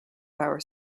power